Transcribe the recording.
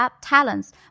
talents